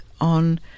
on